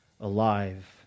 alive